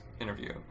interview